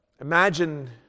imagine